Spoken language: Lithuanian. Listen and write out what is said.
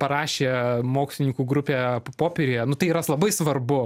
parašė mokslininkų grupė popieriuje nu tai yra labai svarbu